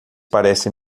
parece